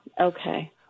Okay